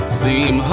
seem